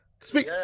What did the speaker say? Speak